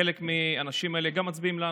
חלק מהאנשים האלה גם מצביעים לנו.